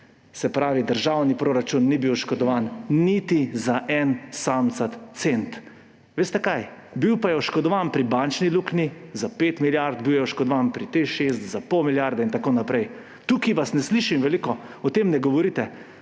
Se pravi, državni proračun ni bil oškodovan niti za en samcat cent. Veste kaj? Bil pa je oškodovan pri bančni luknji za 5 milijard, bil je oškodovan pri Teš 6 za pol milijarde in tako naprej. Tukaj vas ne slišim veliko, o tem ne govorite,